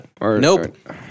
nope